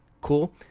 Cool